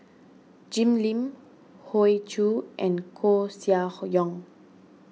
Jim Lim Hoey Choo and Koeh Sia Yong